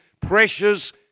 pressures